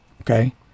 okay